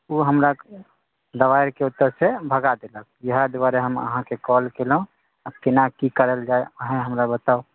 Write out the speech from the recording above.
ओ हमरा दबारि कऽ ओतऽसँ भगा देलक इएह दुआरे हम अहाँके कॉल कएलहुँ कोना की करल जाइ अहाँ हमरा बताउ